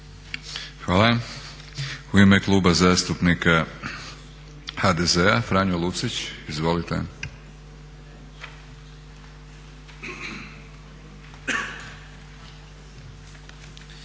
Hvala. U ime Kluba zastupnika HDZ-a Franjo Lucić. Izvolite.